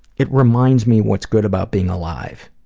it reminds me what's good about being alive.